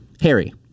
Harry